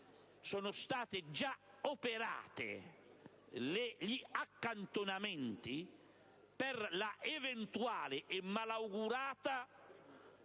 sono stati già operati gli accantonamenti per l'eventuale e malaugurato